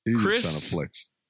Chris